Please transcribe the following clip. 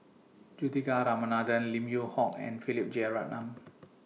Juthika Ramanathan Lim Yew Hock and Philip Jeyaretnam